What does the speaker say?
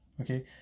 okay